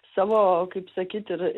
savo kaip sakyt ir